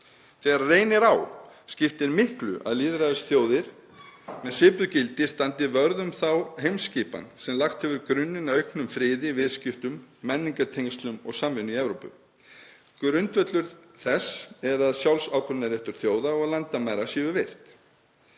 Þegar reynir á skiptir miklu að lýðræðisþjóðir með svipuð gildi standi vörð um þá heimsskipan sem lagt hefur grunninn að auknum friði, viðskiptum, menningartengslum og samvinnu í Evrópu. Að grundvöllur þess eða sjálfsákvörðunarréttur þjóða og landamæri séu virt.